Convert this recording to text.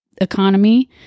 economy